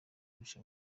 kurusha